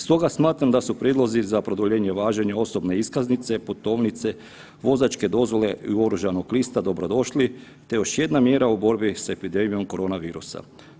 Stoga smatram da su prijedlozi za produljenje važenja osobne iskaznice, putovnice, vozačke dozvole i oružanog lista dobro došli te još jedna mjera u borbi s epidemijom korona virusa.